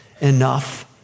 enough